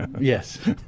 Yes